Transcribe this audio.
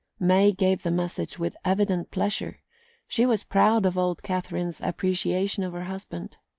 may gave the message with evident pleasure she was proud of old catherine's appreciation of her husband.